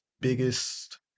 biggest